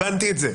הבנתי את זה.